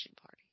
party